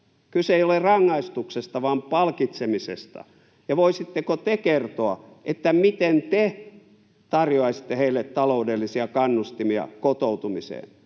Kyse ei ole rangaistuksesta vaan palkitsemisesta. Voisitteko te kertoa, miten te tarjoaisitte heille taloudellisia kannustimia kotoutumiseen?